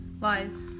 Lies